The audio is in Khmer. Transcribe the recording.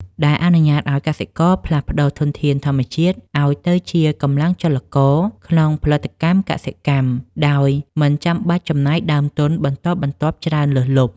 ដែលអនុញ្ញាតឱ្យកសិករផ្លាស់ប្តូរធនធានធម្មជាតិឱ្យទៅជាកម្លាំងចលករក្នុងផលិតកម្មកសិកម្មដោយមិនចាំបាច់ចំណាយដើមទុនបន្តបន្ទាប់ច្រើនលើសលប់។